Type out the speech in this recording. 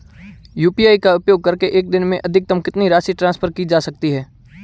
UPI का उपयोग करके एक दिन में अधिकतम कितनी राशि ट्रांसफर की जा सकती है?